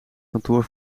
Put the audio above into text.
kantoor